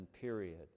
period